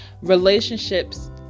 Relationships